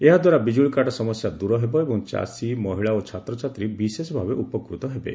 ଏହାଦ୍ୱାରା ବିଜ୍କଳି କାଟ୍ ସମସ୍ୟା ଦୂର ହେବ ଏବଂ ଚାଷୀ ମହିଳା ଓ ଛାତ୍ରଛାତ୍ରୀ ବିଶେଷଭାବେ ଉପକୃତ ହେବେ